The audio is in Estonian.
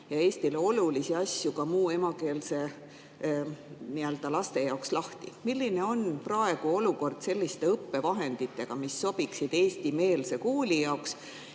ja Eestile olulisi asju ka muu emakeelega laste jaoks. Milline on praegu olukord selliste õppevahenditega, mis sobiksid eestimeelse kooli jaoks,